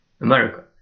America